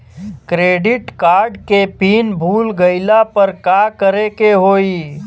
Credit card के pin भूल गईला पर का करे के होई?